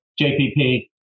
JPP